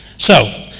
so